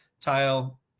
tile